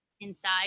inside